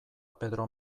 pedro